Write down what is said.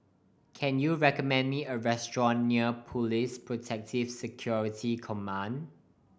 can you recommend me a restaurant near Police Protective Security Command